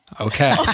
Okay